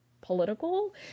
political